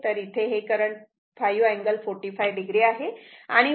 तर इथे हे करंट 5 अँगल 45 o आहे